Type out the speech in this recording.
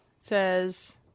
says